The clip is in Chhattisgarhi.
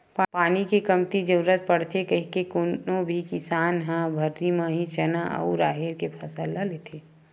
पानी के कमती जरुरत पड़थे कहिके कोनो भी किसान ह भर्री म ही चना अउ राहेर के फसल ल लेथे